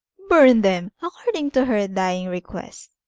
burn them! according to her dying request,